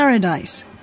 Paradise